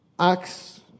Acts